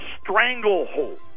stranglehold